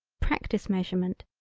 practice measurement,